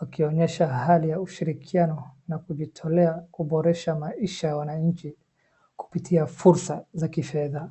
wakionyesha hali ya ushirikiano na kujitolea kuboresha maisha ya wananchi kupitia fursa za kifedha.